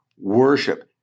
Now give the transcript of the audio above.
Worship